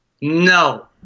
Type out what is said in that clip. No